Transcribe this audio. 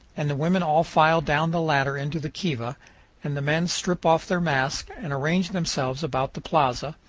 and the women all file down the ladder into the kiva and the men strip off their masks and arrange themselves about the plaza,